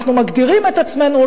אנחנו מגדירים את עצמנו,